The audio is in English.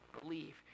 believe